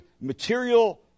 material